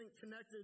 connected